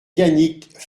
yannick